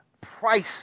price